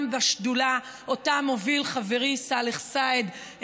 בשדולה שאותה מוביל חברי סאלח סעד,